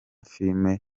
filime